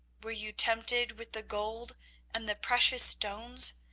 were you tempted with the gold and the precious stones?